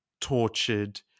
tortured